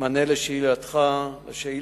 משיכון-חב"ד בלוד נלקחו בליל שבת לחקירה תוך